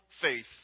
faith